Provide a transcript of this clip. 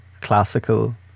classical